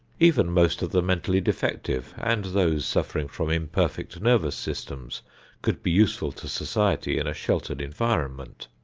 even most of the mentally defective and those suffering from imperfect nervous systems could be useful to society in a sheltered environment.